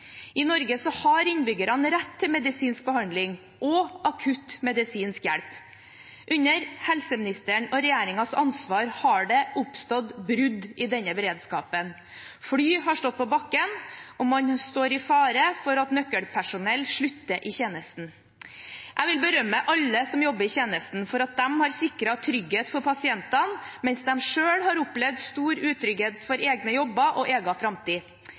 I Norge har innbyggerne rett til medisinsk behandling og akutt medisinsk hjelp. Under helseministeren og regjeringens ansvar har det oppstått brudd i denne beredskapen. Fly har stått på bakken, og man står i fare for at nøkkelpersonell slutter i tjenesten. Jeg vil berømme alle som jobber i tjenesten for at de har sikret trygghet for pasientene mens de selv har opplevd stor utrygghet for egne jobber og egen framtid.